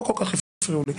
לא כל כך הפריעו לי.